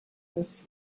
this